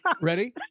Ready